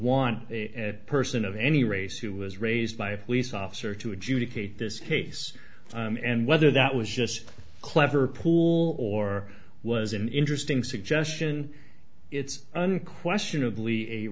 want a person of any race who was raised by a police officer to adjudicate this case and whether that was just clever pool or was an interesting suggestion it's unquestionably a